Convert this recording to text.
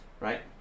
right